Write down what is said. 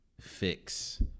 fix